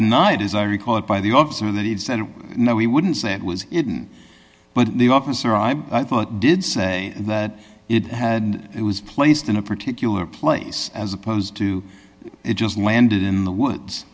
it as i recall it by the officer that he'd said no he wouldn't say it was but the officer i'm i thought did say that it had and it was placed in a particular place as opposed to it just landed in the woods